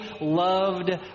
loved